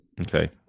Okay